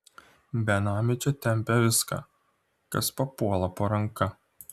benamiai čia tempia viską kas papuola po ranka